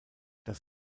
das